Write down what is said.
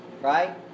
right